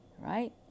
Right